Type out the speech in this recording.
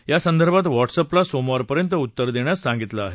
या संदर्भात व्हाट्सअपला सोमवार पर्यंत उत्तर देण्यास सांगीतलं आहे